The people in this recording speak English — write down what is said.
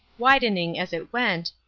widening as it went,